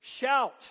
Shout